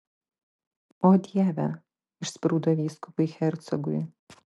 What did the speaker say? o dieve išsprūdo vyskupui hercogui